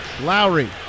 Lowry